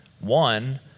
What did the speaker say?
One